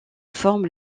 forme